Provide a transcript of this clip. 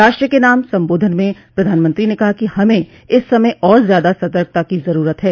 राष्ट्र के नाम संबोधन में प्रधानमंत्री ने कहा कि हमें इस समय और ज्यादा सतर्कता की जरूरत है